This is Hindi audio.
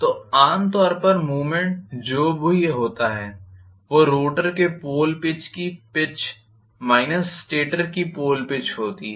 तो आम तौर पर मूवमेंट जो भी होता है वो रोटर के पोल पिच की पिच माइनस स्टेटर की पोल पिच होती है